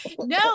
no